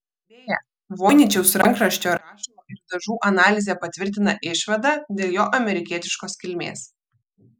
beje voiničiaus rankraščio rašalo ir dažų analizė patvirtina išvadą dėl jo amerikietiškos kilmės